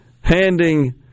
handing